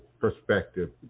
perspective